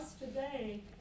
today